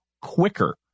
quicker